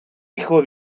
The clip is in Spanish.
hijo